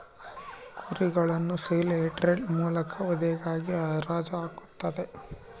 ಕುರಿಗಳನ್ನು ಸೇಲ್ ಯಾರ್ಡ್ಗಳ ಮೂಲಕ ವಧೆಗಾಗಿ ಹರಾಜು ಹಾಕಲಾಗುತ್ತದೆ